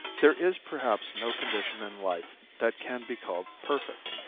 there is perhaps no condition in life that can be called perfect,